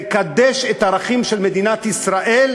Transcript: לקדש את הערכים של מדינת ישראל,